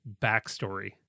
backstory